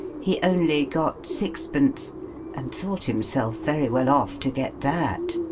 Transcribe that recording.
he only got sixpence and thought himself very well off to get that.